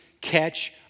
catch